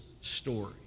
story